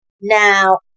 Now